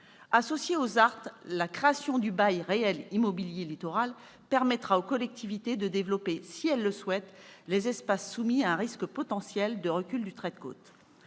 Associée aux ZART, la création du bail réel immobilier littoral permettra aux collectivités de développer, si elles le souhaitent, les espaces soumis à un risque potentiel de recul du trait de côte.